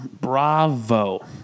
Bravo